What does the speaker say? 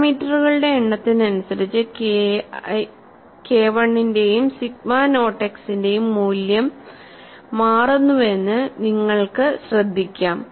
പാരാമീറ്ററുകളുടെ എണ്ണത്തിനനുസരിച്ച് KI യുടെയും സിഗ്മ നോട്ട് എക്സിന്റെയും മൂല്യം x മാറുന്നുവെന്നു നിങ്ങൾക്ക് ശ്രദ്ധിക്കാം